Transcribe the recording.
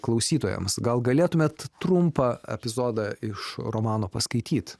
klausytojams gal galėtumėt trumpą epizodą iš romano paskaityt